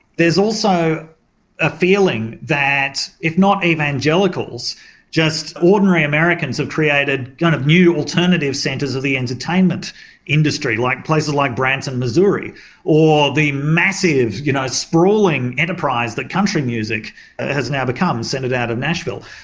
there's also a feeling that if not evangelicals just ordinary americans have created kind of new alternative centres of the entertainment industry. like places like branson, missouri or the massive you know sprawling enterprise that country music has now become centred out of nashville.